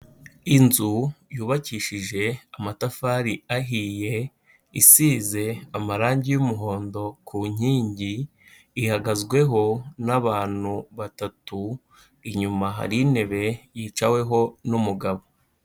Inzu yubakishije amatafari ahiye, isize amarangi y'umuhondo ku nkingi, ihagazweho n'abantu batatu, inyuma hari intebe yicaweho n'umugabo.